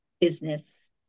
business